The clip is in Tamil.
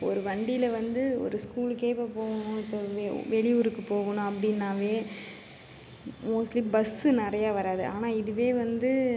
ஒரு வண்டியில் வந்து ஒரு ஸ்கூலுக்கே இப்போது போகணும் இப்போ வெ வெளியூருக்கு போகணும் அப்படின்னாவே மோஸ்ட்லி பஸ்ஸு நிறையா வராது ஆனால் இதுவே வந்து